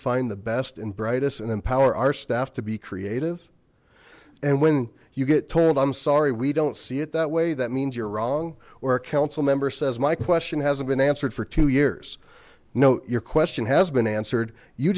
find the best and brightest and empower our staff to be creative and when you get told i'm sorry we don't see it that way that means you're wrong or a council member says my question hasn't been answered for two years no your question has been answered you